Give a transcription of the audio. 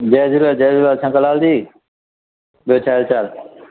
जय झूलेलाल जय झूलेलाल शंकर लाल जी ॿियो छाहे वीचारु